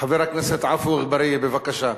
חבר הכנסת עפו אגבאריה, בבקשה.